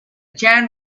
chain